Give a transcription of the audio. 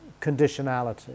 conditionality